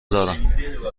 دارم